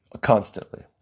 constantly